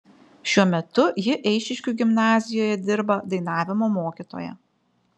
šiuo metu ji eišiškių gimnazijoje dirba dainavimo mokytoja